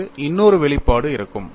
எனக்கு இன்னொரு வெளிப்பாடு இருக்கும்